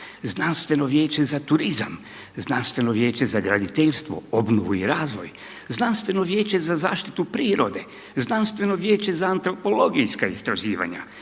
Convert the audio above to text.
pravosuđe i vladavinu prava, Znanstveno vijeće za graditeljstvo, obnovu i razvoj, Znanstveno vijeće za zaštitu prirode, Znanstveno vijeće za antropologijska istraživanja,